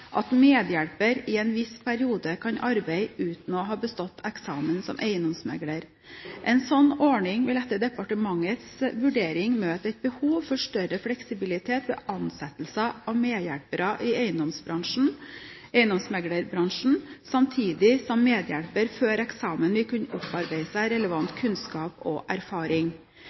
at medhjelper i en viss periode kan arbeide uten å ha bestått eksamen som eiendomsmegler. En slik ordning vil etter departementets vurdering møte et behov for større fleksibilitet ved ansettelser av medhjelpere i eiendomsmeglerbransjen, samtidig som medhjelper før eksamen vil kunne opparbeide seg relevant kunnskap og erfaring.